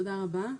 תודה רבה.